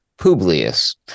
Publius